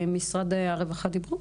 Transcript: ממשרד הרווחה דיברו?